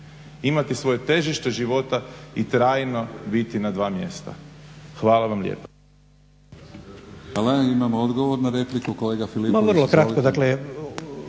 imati svoje težište života i trajno biti na dva mjesta. Hvala vam lijepa.